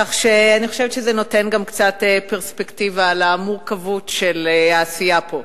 כך שאני חושבת שזה גם נותן קצת פרספקטיבה על המורכבות של העשייה פה.